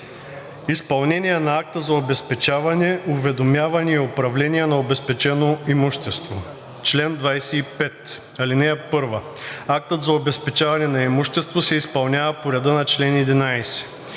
Изпълнение на акта за обезпечаване, уведомяване и управление на обезпечено имущество Чл. 25. (1) Актът за обезпечаване на имущество се изпълнява по реда на чл. 11.